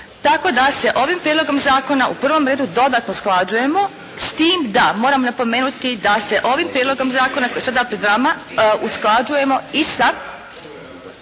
tako da se ovim prijedlogom zakona u prvom redu dodatno usklađujemo s tim da moram napomenuti da se ovim prijedlogom zakona koji je sada pred vama usklađujemo i sa